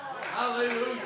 Hallelujah